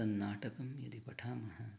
तन्नाटकं यदि पठामः